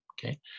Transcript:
okay